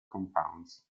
compounds